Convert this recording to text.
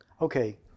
Okay